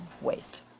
waste